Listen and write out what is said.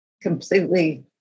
completely